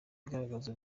igaragaza